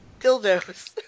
dildos